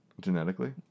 Genetically